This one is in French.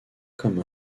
comme